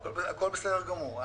הכול בסדר גמור.